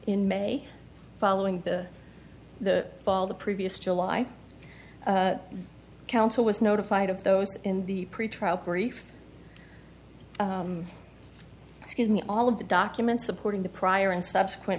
in may following the the fall the previous july counsel was notified of those in the pretrial brief excuse me all of the documents supporting the prior and subsequent